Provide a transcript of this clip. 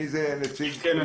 מי הנציג?